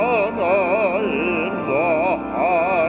oh oh